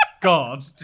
God